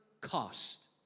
cost